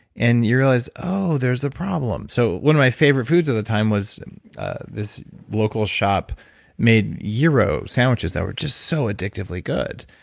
and you realize, oh, there's a problem. so one of my favorite foods at the time was this local shop made gyro sandwiches that were just so addictively good.